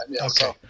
Okay